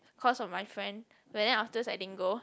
cause of my friend but then afterwards I didn't go